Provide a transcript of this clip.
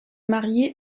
marié